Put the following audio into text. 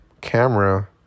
camera